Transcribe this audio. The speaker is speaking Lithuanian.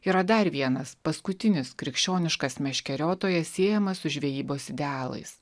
yra dar vienas paskutinis krikščioniškas meškeriotojas siejamas su žvejybos idealais